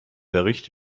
bericht